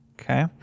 okay